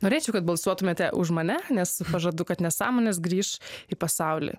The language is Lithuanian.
norėčiau kad balsuotumėte už mane nes pažadu kad nesąmonės grįš į pasaulį